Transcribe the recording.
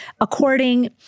according